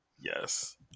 Yes